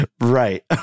Right